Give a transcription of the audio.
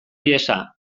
ihesa